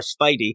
Spidey